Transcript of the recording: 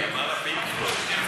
ה"פינק פלויד".